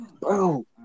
bro